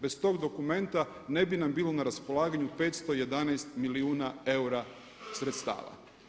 Bez tog dokumenta ne bi nam bilo na raspolaganju 511 milijuna eura sredstava.